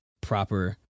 proper